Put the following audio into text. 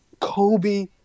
Kobe